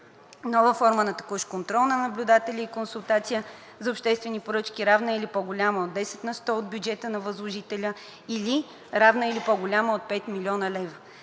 нова форма на текущ контрол чрез наблюдатели и консултация за обществените поръчки, равна или по голяма от 10 на 100 от бюджета на възложителя, или равна или по-голяма от 5 млн. лв.